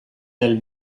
dal